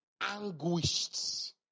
anguished